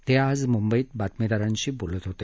ते आज मुंबईत बातमीदारांशी बोलत होते